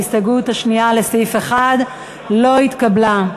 ההסתייגות השנייה לסעיף 1 לא התקבלה.